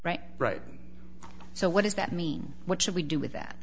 right right so what does that mean what should we do with that